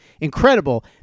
Incredible